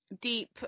deep